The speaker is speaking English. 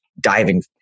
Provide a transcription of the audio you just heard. diving